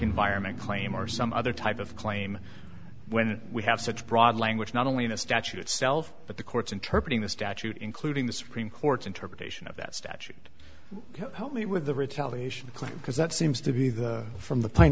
environment claim or some other type of claim when we have such broad language not only in the statute itself but the courts interpret the statute including the supreme court's interpretation of that statute homely with the retaliation claim because that seems to be the from the p